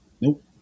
Nope